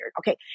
Okay